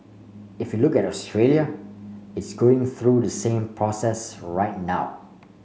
if you look at Australia it's going through the same process right now